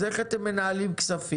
אז איך אתם מנהלים כספים?